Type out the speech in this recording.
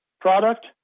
product